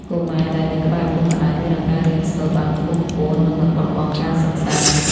កុមារដែលនៅក្បែរឪពុកម្ដាយមានឱកាសរៀនសូត្របានខ្ពង់ខ្ពស់ និងមិនបោះបង់ការសិក្សា។